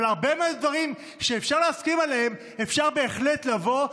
אבל בהרבה מאוד דברים שאפשר להסכים עליהם אפשר בהחלט לבוא,